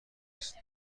است